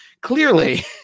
clearly